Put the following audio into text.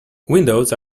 windows